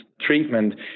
treatment